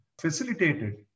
facilitated